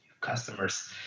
customers